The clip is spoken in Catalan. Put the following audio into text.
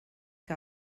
que